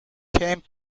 came